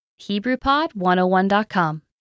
HebrewPod101.com